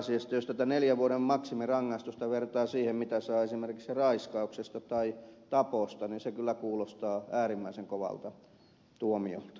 jos tätä neljän vuoden maksimirangaistusta vertaa siihen mitä saa esimerkiksi raiskauksesta tai taposta niin se kyllä kuulostaa äärimmäisen kovalta tuomiolta